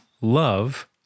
love